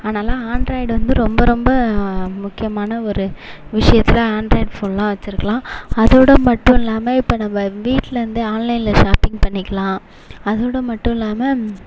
அதனால் ஆண்ட்ராய்ட் வந்து ரொம்ப ரொம்ப முக்கியமான ஒரு விஷயத்தில் ஆண்ட்ராய்ட் ஃபோன்லாம் வெச்சிருக்கலாம் அதோடு மட்டும் இல்லாமல் இப்போது நம்ம வீட்டில் இருந்து ஆன்லைனில் ஷாப்பிங் பண்ணிக்கலாம் அதோடு மட்டும் இல்லாமல்